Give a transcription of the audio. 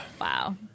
Wow